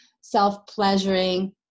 self-pleasuring